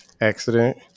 accident